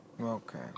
Okay